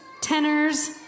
tenors